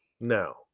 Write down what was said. No